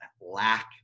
lack